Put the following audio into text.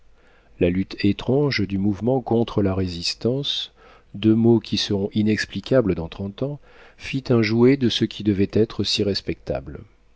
la lutte étrange du mouvement contre la résistance deux mots qui seront inexplicables dans trente ans fit un jouet de ce qui devait être si respectable